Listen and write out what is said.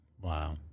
wow